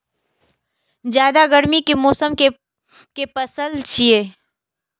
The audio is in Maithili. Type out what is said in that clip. जायद गर्मी के मौसम के पसल छियै